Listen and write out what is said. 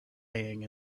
lying